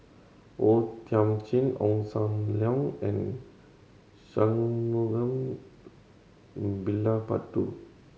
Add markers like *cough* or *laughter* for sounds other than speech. O Thiam Chin Ong Sam Leong and Shangguan *unintelligible*